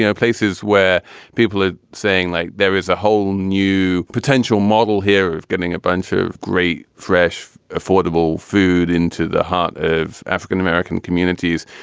you know places where people are saying, like there is a whole new potential model here of getting a bunch of great, fresh, affordable food into the heart of african-american communities.